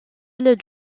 îles